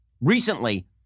recently